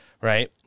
right